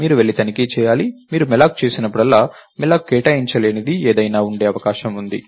మీరు వెళ్లి తనిఖీ చేయాలి మీరు malloc చేసినప్పుడు malloc కేటాయించలేనిది ఏదైనా ఉండే అవకాశం ఉంది